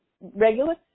regular